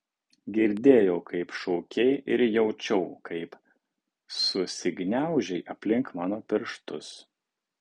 girdėjau kaip šaukei ir jaučiau kaip susigniaužei aplink mano pirštus